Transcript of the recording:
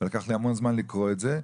לקח לי המון זמן לקרוא את זה,